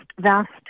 vast